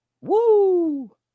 Woo